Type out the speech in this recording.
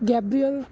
gabriel